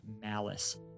malice